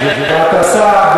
גבעת-אסף,